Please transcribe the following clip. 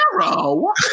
hero